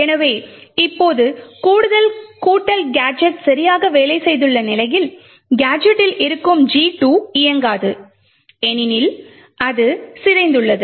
எனவே இப்போது கூடுதல் கூட்டல் கேஜெட் சரியாக வேலை செய்துள்ள நிலையில் ஸ்டாக்கில் இருக்கும் G 2 இயங்காது ஏனெனில் அது சிதைந்துள்ளது